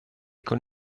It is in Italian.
con